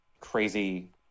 Crazy